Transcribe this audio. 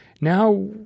Now